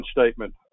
statement